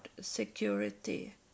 security